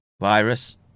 virus